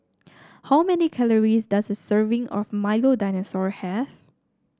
how many calories does a serving of Milo Dinosaur have